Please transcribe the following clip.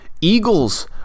Eagles